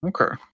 Okay